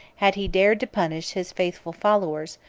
had he dared to punish his faithful followers,